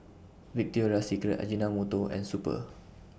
Victoria Secret Ajinomoto and Super